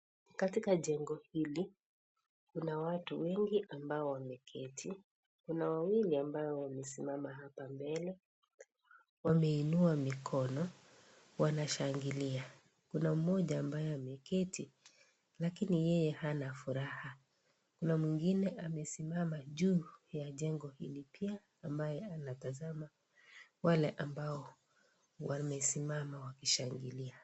Katika jengo hili, kuna watu wengi ambao wameketi . Kuna wawili ambao wamesimama hapa mbele, wameinua mikono ,wanashangilia. Kuna mmoja ambaye ameketi lakini yeye hana furaha. Kuna mwingine amesimama juu ya jengo hili pia ambaye anatazama wale ambao wamesimama wakishangilia.